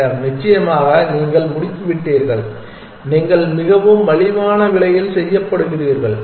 பின்னர் நிச்சயமாக நீங்கள் முடித்துவிட்டீர்கள் நீங்கள் மிகவும் மலிவான விலையில் செய்யப்படுகிறீர்கள்